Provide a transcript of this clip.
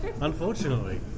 Unfortunately